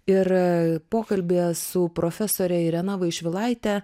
ir pokalbyje su profesore irena vaišvilaite